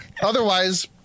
otherwise